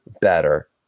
better